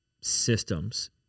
systems